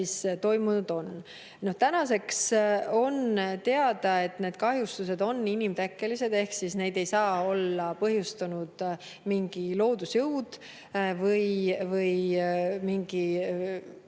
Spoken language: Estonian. toimunud on. Tänaseks on teada, et need kahjustused on inimtekkelised ehk neid ei saa olla põhjustanud mingi loodusjõud või mingi